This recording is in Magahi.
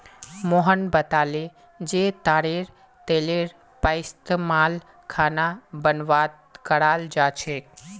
मोहन बताले जे तारेर तेलेर पइस्तमाल खाना बनव्वात कराल जा छेक